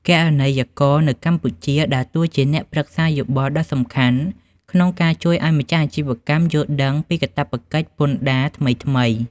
គណនេយ្យករនៅកម្ពុជាដើរតួជាអ្នកប្រឹក្សាយោបល់ដ៏សំខាន់ ក្នុងការជួយឱ្យម្ចាស់អាជីវកម្មយល់ដឹងពីកាតព្វកិច្ចពន្ធដារថ្មីៗ។